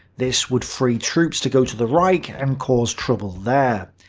this would free troops to go to the reich and cause trouble there.